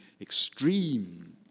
extreme